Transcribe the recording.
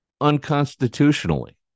unconstitutionally